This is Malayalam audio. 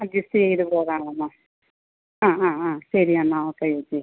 അഡ്ജസ്റ്റ് ചെയ്ത് പോകാമെന്നോ ആ ആ ആ ശരി എന്നാൽ ഓക്കെ ചേച്ചി